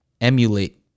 emulate